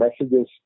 messages